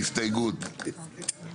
0 ההסתייגות לא התקבלה.